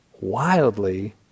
wildly